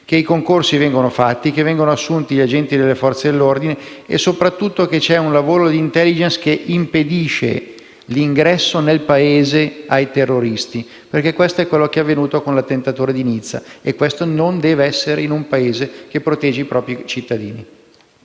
che i concorsi vengono fatti, che vengono assunti agenti delle Forze dell'ordine e soprattutto che c'è un lavoro di *intelligence* che impedisce l'ingresso nel Paese ai terroristi, perché questo è quanto è avvenuto con l'attentatore di Nizza e questo non deve accadere in un Paese che protegge i propri cittadini.